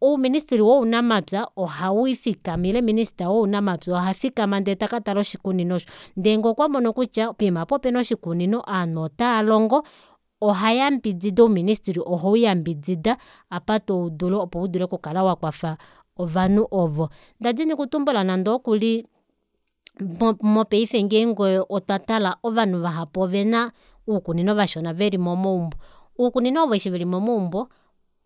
Ouministry wounamapya ohaufikama ile minister wounamapya ohafikama ndee taka tala oshikunino osho ndee ngee okwa mono kutya poima apa opena oshikunino ovanhu otavalongo ohayambidida ouministy ohauyambidida apa taudulu opo udule oku kala wakwafa ovanhu ovo ndadini okutumbula nande ookuli mopaife ngeenge otwa tala ovanhu vahapu ovena uukunino vashona veli momaumbo uukunino ovo eshi veli momaumbo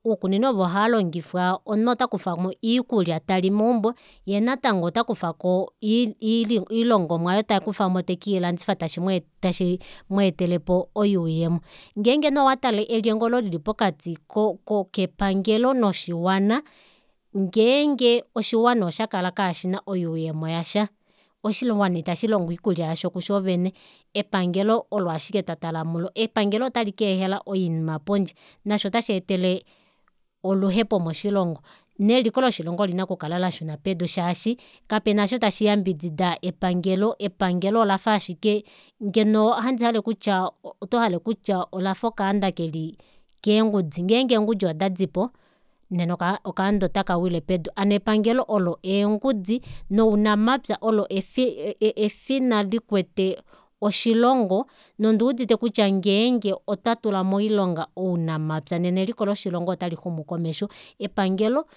uukunino ovo ohaalongifwa omunhu otakufamo iikulya tali meumbo yeenatango otakufako i- i ilongomwa aayo tekilandifa tashi mwee tashi mweetele oyuuyemo ngeenge nee watale elyenge olo lili pokati ko kepangelo noshiwana ngeenge oshiwana oshakala shihena oyuuyemo yasha oshiwana ita shilongo oikulya yasho kushoovene epangelo olo ashike twatala mulo epangelo ota likeehela oinima pondje nasho ota sheetele oluhepo moshilongo neliko loshilongo olina okukala lashuna pedu shaashi kapena aasho tashi yambidida epangelo epangelo olafa aashike ngeno ohandi hale okutya oto hale kutya olafa okaanda keli keengudi ngeenge eengudi oda dipo nena okaanda ota kawile pedu hano epangelo olo eengudi nounamapya olo efina e- e efina likwete oshilongo nonduudite kutya ngeenge otwa tula moilonga ounamapya nena eliko loshilongo ota lixumu komesho epangelo